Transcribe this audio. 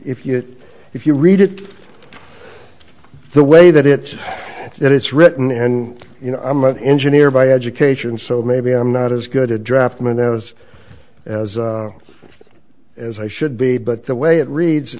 if you if you read it the way that it it it's written and you know i'm an engineer by education so maybe i'm not as good a draftsman as as i should be but the way it reads